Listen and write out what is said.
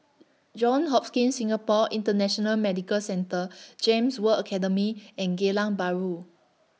Johns Hopkins Singapore International Medical Centre Gems World Academy and Geylang Bahru